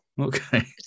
Okay